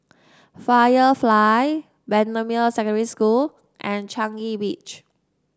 Firefly Bendemeer Secondary School and Changi Beach